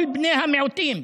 כל בני המיעוטים,